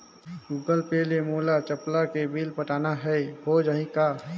Google pay ले मोल चपला के बिल पटाना हे, हो जाही का?